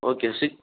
okay C